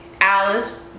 alice